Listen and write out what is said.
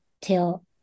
till